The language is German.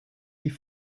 die